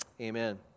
amen